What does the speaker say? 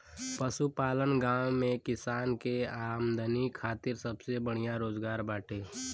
पशुपालन गांव में किसान के आमदनी खातिर सबसे बढ़िया रोजगार बाटे